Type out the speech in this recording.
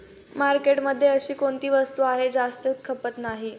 मार्केटमध्ये अशी कोणती वस्तू आहे की जास्त खपत नाही?